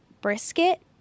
brisket